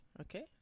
okay